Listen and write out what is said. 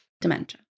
Dementia